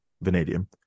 vanadium